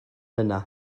yna